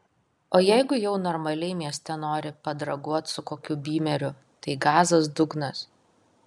o jeigu jau normaliai mieste nori padraguot su kokiu bymeriu tai gazas dugnas